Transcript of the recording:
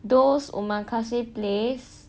those omakase place